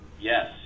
Yes